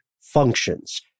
functions